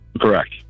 Correct